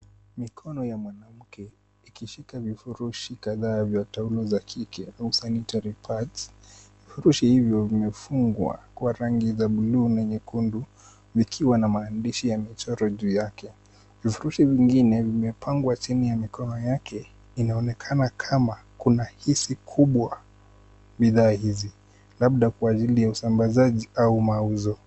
Mikono ya mwanamke ikishika vifurushi kadhaa vya taulo za kike au sanitary pads . Vifurushi hivyo vimefungwa kwa rangi za bluu na nyekundu, vikiwa na maandishi ya michoro juu yake. Vifurushi vingine vimepangwa chini ya mikono yake, inaonekana kama kuna hisa kubwa bidhaa hizi, labda kwa ajili ya usambazaji au mauzo.